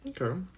Okay